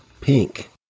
Pink